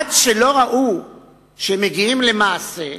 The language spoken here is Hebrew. עד שלא ראו שמגיעים למעשה,